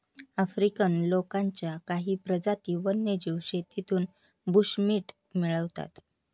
African लोकांच्या काही प्रजाती वन्यजीव शेतीतून बुशमीट मिळवतात